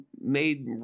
made